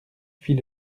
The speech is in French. fit